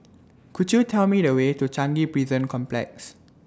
Could YOU Tell Me The Way to Changi Prison Complex